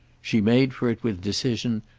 she made for it with decision,